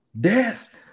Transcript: Death